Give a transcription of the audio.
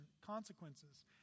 consequences